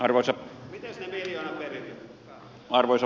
arvoisa puhemies